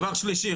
דבר שלישי,